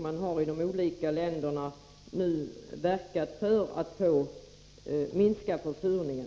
Man har nu i de olika länderna verkat för att få till stånd en minskning av försurningen.